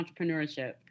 entrepreneurship